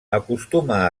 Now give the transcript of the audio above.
acostuma